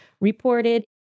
reported